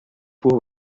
por